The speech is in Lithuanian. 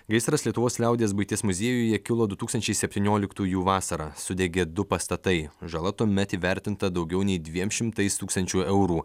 gaisras lietuvos liaudies buities muziejuje kilo du tūkstančiai septynioliktųjų vasarą sudegė du pastatai žala tuomet įvertinta daugiau nei dviem šimtais tūkstančių eurų